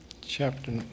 Chapter